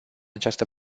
această